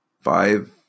five